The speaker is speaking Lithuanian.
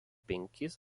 penkis